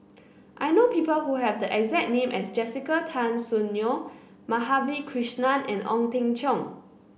I know people who have the exact name as Jessica Tan Soon Neo Madhavi Krishnan and Ong Teng Cheong